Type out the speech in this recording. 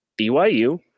BYU